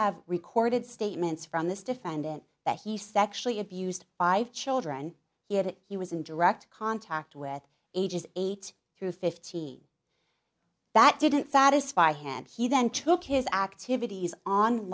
have recorded statements from this defendant that he sexually abused five children yet it he was in direct contact with ages eight through fifteen that didn't satisfy him and he then took his activities on